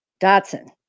Dotson